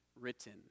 written